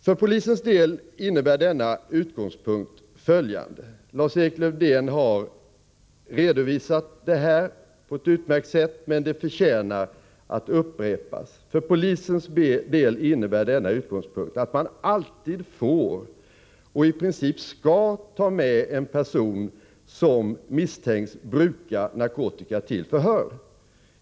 För polisens del innebär denna utgångspunkt — Lars-Erik Lövdén har redovisat det här på ett utmärkt sätt, men det förtjänar att upprepas — att man alltid får och i princip skall ta med en person som misstänks bruka narkotika till förhör.